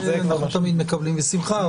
אנחנו תמיד מקבלים בשמחה.